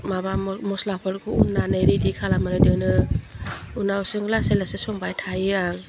माबा म मस्लाफोरखौ उननानै रेडि खालामनानै दोनो उनावसो लासै लासै संबाय थायो आं